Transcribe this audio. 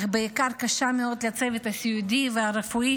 אך בעיקר קשה מאוד לצוות הסיעודי והרפואי,